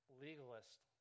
legalist